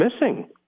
missing